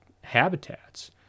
habitats